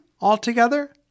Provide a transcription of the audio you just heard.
altogether